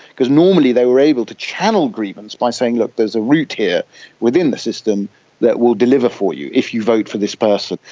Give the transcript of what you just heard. because normally they were able to channel grievance by saying, look, there's a route here within the system that will deliver if you if you vote for this person.